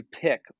pick